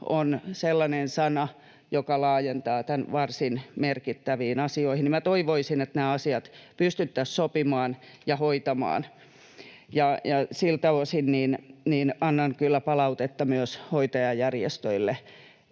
on sellainen sana, joka laajentaa tämän varsin merkittäviin asioihin, ja minä toivoisin, että nämä asiat pystyttäisiin sopimaan ja hoitamaan. Ja siltä osin annan kyllä palautetta myös hoitajajärjestöille: